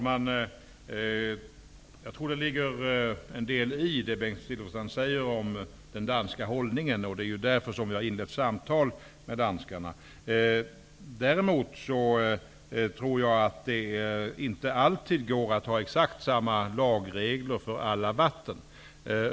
Herr talman! Det ligger en del i vad Bengt Silfverstrand säger om den danska hållningen. Därför har vi också inlett samtal med danskarna. Däremot tror jag inte att det alltid går att ha exakt samma lagregler för alla vatten.